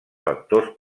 vectors